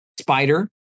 Spider